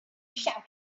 shouted